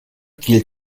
gilt